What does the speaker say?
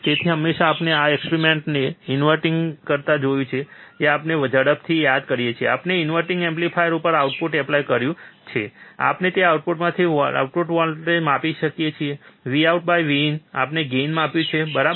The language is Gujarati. તેથી હમણાં માટે આપણે એમ્પ્લીફાયરને ઇન્વર્ટીંગ કરતા જોયું છે તે આપણે ઝડપથી યાદ કરીએ છીએ આપણે ઇનવર્ટીંગ એમ્પ્લીફાયર પર ઇનપુટ એપ્લાય કર્યું છે આપણે તે આઉટપુટમાંથી આઉટપુટ માપીએ છીએ Vout by Vin આપણે ગેઇન માપ્યું છે બરાબર